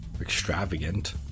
extravagant